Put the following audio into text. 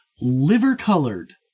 liver-colored